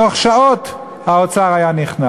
בתוך שעות האוצר היה נכנע.